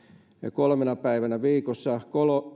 kolmena päivänä viikossa